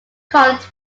coloured